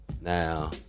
Now